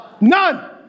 None